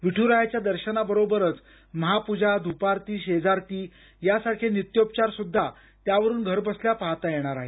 विठ्रायाच्या दर्शनाबरोबरच महापूजा धूपारती शेजारती यासारखे नित्योपचार सुद्धा त्यावरून घरबसल्या पाहता येणार आहेत